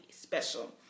Special